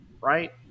right